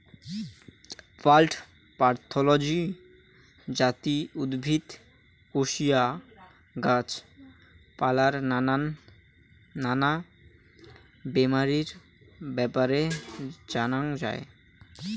plant pathology যাতি উদ্ভিদ, কোশিয়া, গাছ পালার নানা বেমারির ব্যাপারে জানাঙ যাই